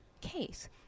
case